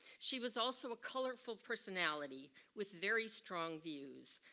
she was also a colorful personality with very strong views,